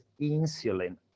insulin